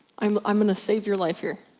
i'm i'm gonna save your life here,